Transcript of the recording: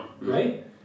Right